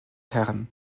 herren